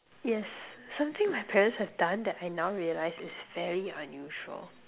yes something my parents have done that I now realise is fairly unusual